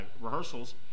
rehearsals